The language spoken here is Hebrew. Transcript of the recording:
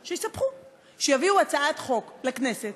שיספחו, שיביאו הצעת חוק לכנסת.